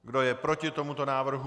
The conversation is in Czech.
Kdo je proti tomuto návrhu?